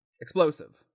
explosive